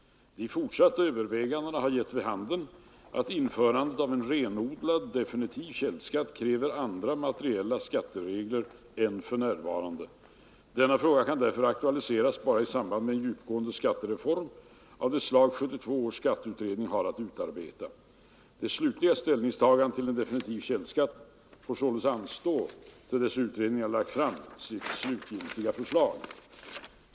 De fortsatta övervägandena har gett vid handen att införandet av en renodlad definitiv källskatt kräver andra materiella skatteregler än som för närvarande gäller. Denna fråga kan därför aktualiseras bara i samband med en djupgående skattereform av det slag 1972 års skatteutredning har att utarbeta. Det slutliga ställningstagandet till en definitiv källskatt får således anstå till dess utredningen lagt fram sitt slutförslag.